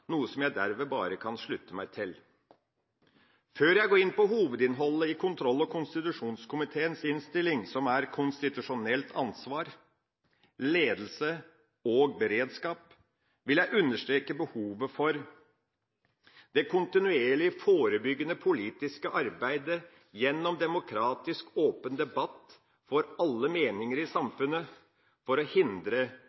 noe som jeg dermed bare kan slutte meg til. Før jeg går inn på hovedinnholdet i kontroll- og konstitusjonskomiteens innstilling, som er konstitusjonelt ansvar, ledelse og beredskap, vil jeg understreke behovet for det kontinuerlig forebyggende politiske arbeidet gjennom demokratisk, åpen debatt for alle meninger i